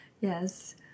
Yes